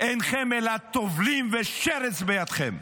אינכם אלא טובלים ושרץ בידכם.